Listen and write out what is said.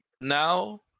now